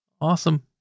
Awesome